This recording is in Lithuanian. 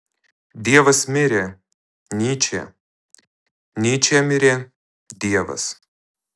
dievas mirė nyčė nyčė mirė dievas